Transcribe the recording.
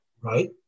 Right